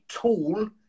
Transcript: tool